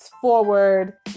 forward